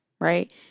right